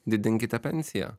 didinkite pensiją